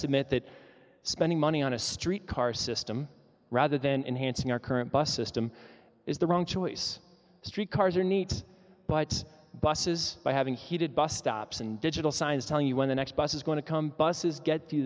submit that spending money on a streetcar system rather than enhancing our current bus system is the wrong choice street cars are neat but buses by having heated bus stops and digital signs telling you when the next bus is going to come buses get t